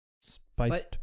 Spiced